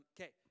Okay